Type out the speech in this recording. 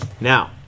Now